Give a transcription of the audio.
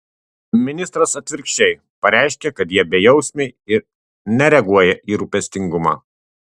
ministras atvirkščiai pareiškia kad jie bejausmiai ir nereaguoja į rūpestingumą